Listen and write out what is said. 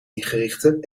ingerichte